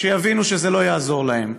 שיבינו שזה לא יעזור להם,